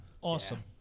Awesome